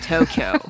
Tokyo